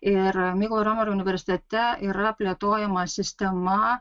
ir mykolo romerio universitete yra plėtojama sistema